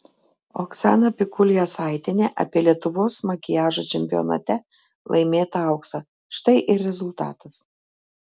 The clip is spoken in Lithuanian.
oksana pikul jasaitienė apie lietuvos makiažo čempionate laimėtą auksą štai ir rezultatas